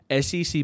SEC